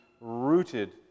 rooted